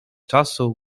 czasu